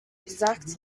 exact